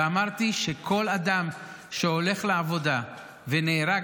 ואמרתי שכל אדם שהולך לעבודה ונהרג,